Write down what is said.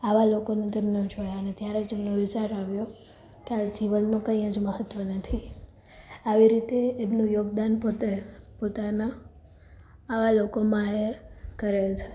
આવા લોકોને તેમણે જોયાં ને ત્યારે જ એમને વિચાર આવ્યો કે આ જીવનનો કંઈ જ મહત્વ નથી આવી રીતે એમનો યોગ દાન પોતે પોતાનાં આવાં લોકોમાં એ કરે છે